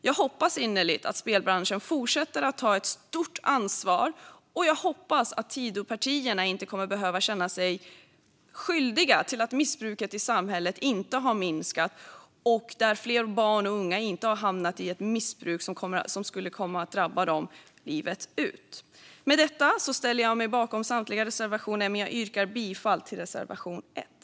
Jag hoppas innerligt att spelbranschen fortsätter att ta ett stort ansvar, och jag hoppas att Tidöpartierna inte kommer att behöva känna sig skyldiga till att missbruket i samhället inte har minskat - och till att fler barn och unga har hamnat i ett missbruk som kommer att drabba dem livet ut. Med detta ställer jag mig bakom samtliga reservationer, men jag yrkar bifall endast till reservation 1.